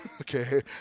okay